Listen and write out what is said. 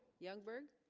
youngberg